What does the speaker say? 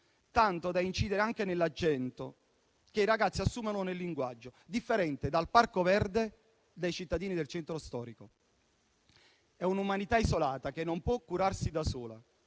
tanto da incidere anche nell'accento che i ragazzi assumono nel linguaggio, differente nel Parco Verde da quello dei cittadini del centro storico. È un'umanità isolata, che non può curarsi da sola.